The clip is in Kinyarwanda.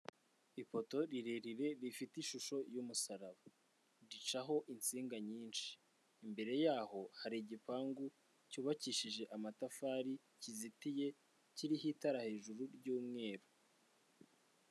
Ipoto rirerire rifite ishusho y'umusaraba, ricaho insinga nyinshi, imbere yaho hari igipangu cyubakishije amatafari kizitiye kiriho itara hejuru ry'umweru.